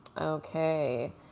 Okay